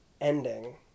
ending